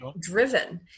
driven